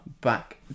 back